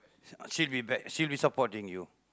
she'll be back she'll be supporting you